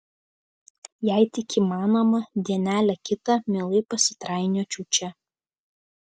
jei tik įmanoma dienelę kitą mielai pasitrainiočiau čia